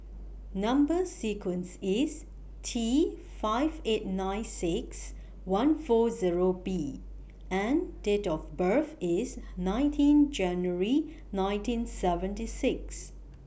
Number sequence IS T five eight nine six one four Zero B and Date of birth IS nineteen January nineteen seventy six